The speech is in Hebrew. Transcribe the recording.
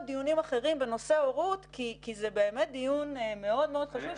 דיונים אחרים בנושא הורות כי זה באמת דיון מאוד חשוב,